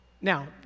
Now